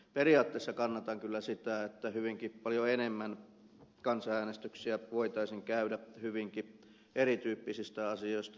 periaatteessa kannatan kyllä sitä että hyvinkin paljon enemmän kansanäänestyksiä voitaisiin järjestää hyvinkin erityyppisistä asioista